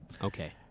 Okay